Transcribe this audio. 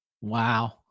Wow